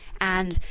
and,